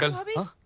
so hurry